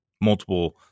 multiple